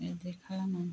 बिदि खालामो